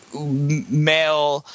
male